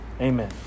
amen